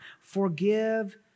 forgive